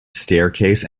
staircase